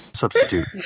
Substitute